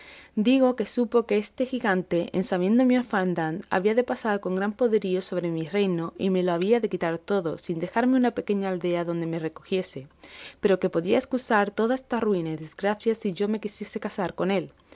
digo que supo que este gigante en sabiendo mi orfandad había de pasar con gran poderío sobre mi reino y me lo había de quitar todo sin dejarme una pequeña aldea donde me recogiese pero que podía escusar toda esta ruina y desgracia si yo me quisiese casar con él